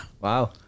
Wow